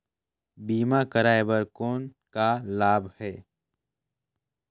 बीमा कराय कर कौन का लाभ है?